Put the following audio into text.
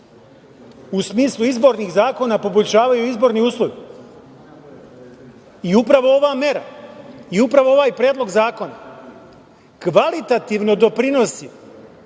u smislu izbornih zakona poboljšavaju izborni uslovi. Upravo ova mera i upravo ovaj Predlog zakona kvalitativno doprinosi